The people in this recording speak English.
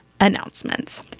announcements